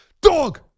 Dog